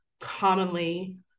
commonly